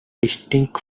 distinct